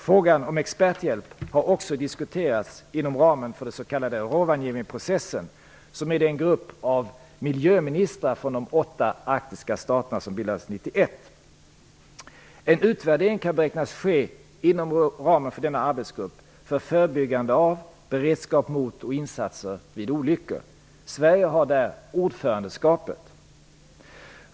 Frågan om experthjälp har också diskuterats inom ramen för den s.k. Rovaniemiprocessen, Arctic Environment Protection Strategy, som är den grupp av miljöministrar från de åtta arktiska staterna som bildades år 1991. En utvärdering kan beräknas ske inom ramen för arbetsgruppen för förebyggande av, beredskap mot och insatser vid olyckor. Sverige har där ordförandeskapet.